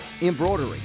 embroidery